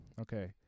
Okay